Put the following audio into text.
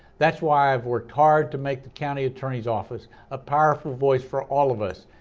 that's why i've worked hard to make the county attorney's office a powerful voice for all of us,